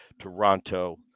Toronto